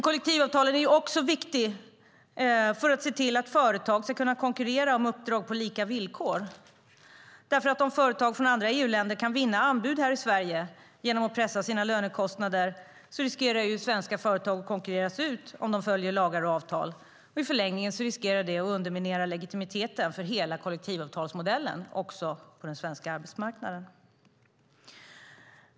Kollektivavtalen är också viktiga för att företag ska kunna konkurrera om uppdrag på lika villkor. Om företag från andra EU-länder kan vinna anbud här i Sverige genom att pressa sina lönekostnader riskerar svenska företag att konkurreras ut om de följer lagar och avtal, och i förlängningen riskerar det att underminera legitimiteten för hela kollektivavtalsmodellen på den svenska arbetsmarknaden.